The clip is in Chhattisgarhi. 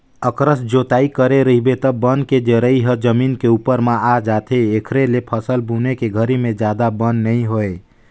अकरस जोतई करे रहिबे त बन के जरई ह जमीन के उप्पर म आ जाथे, एखरे ले फसल बुने के घरी में जादा बन नइ होय